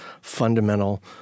fundamental